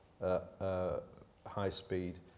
high-speed